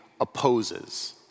opposes